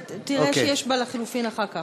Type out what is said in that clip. אתה תראה שיש לחלופין אחר כך.